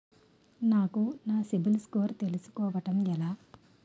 నాకు నా CIBIL score తెలుసుకోవడం ఎలా?